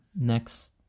next